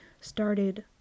started